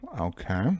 Okay